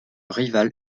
rival